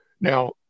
Now